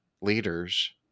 leaders